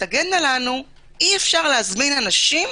תגדנה לנו: אי-אפשר להזמין אנשים